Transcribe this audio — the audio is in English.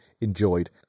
enjoyed